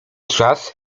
czas